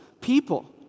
people